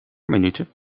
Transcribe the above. minuten